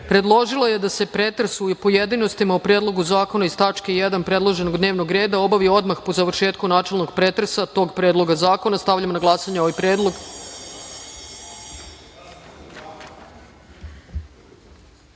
predložila je da se pretres u pojedinostima o predlogu zakona iz tačke 1. predloženog dnevnog reda obavi odmah po završetku načelnog pretresa tog predloga zakona. Stavljam na glasanje ovaj